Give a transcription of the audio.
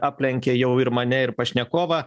aplenkė jau ir mane ir pašnekovą